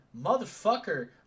motherfucker